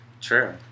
True